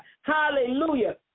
Hallelujah